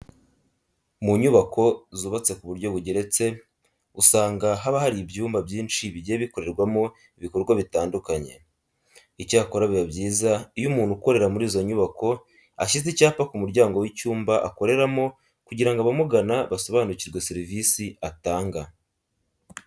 Mu nyubako zubatse ku buryo bugeretse usanga haba hari ibyumba byinshi bigiye bikorerwamo ibikorwa bitandukanye. Icyakora biba byiza iyo umuntu ukorera muri izo nyubako ashyize icyapa ku muryango w'icyumba akoreramo kugira ngo abamugana basobanukirwe serivisi atanga.